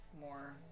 more